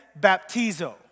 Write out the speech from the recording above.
baptizo